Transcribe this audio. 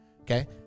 Okay